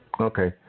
Okay